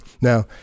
now